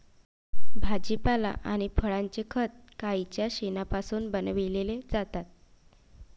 भाजीपाला आणि फळांचे खत गाईच्या शेणापासून बनविलेले जातात